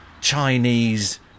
Chinese